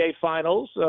Finals